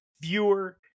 Viewer